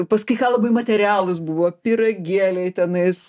pas kai ką labai materialūs buvo pyragėliai tenais